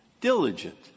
diligent